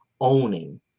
owning